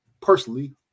personally